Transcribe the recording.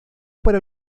para